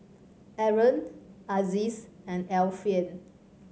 Aaron Aziz and Alfian